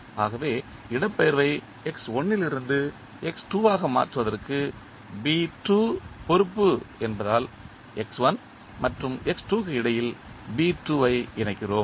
ஆகவே இடப்பெயர்வை இலிருந்து ஆக மாற்றுவதற்கு பொறுப்பு என்பதால் மற்றும் க்கு இடையில் ஐ இணைக்கிறோம்